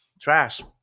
trash